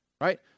right